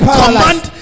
command